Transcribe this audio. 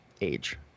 age